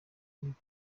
iminsi